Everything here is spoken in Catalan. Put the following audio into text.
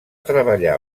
treballar